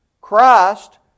Christ